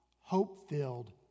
hope-filled